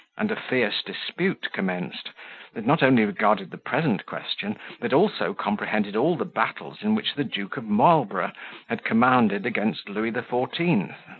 and a fierce dispute commenced, that not only regarded the present question, but also comprehended all the battles in which the duke of marlborough had commanded against louis the fourteenth.